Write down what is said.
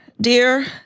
dear